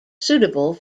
suitable